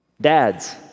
dads